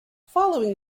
following